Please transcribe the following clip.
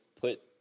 put